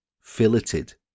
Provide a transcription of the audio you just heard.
filleted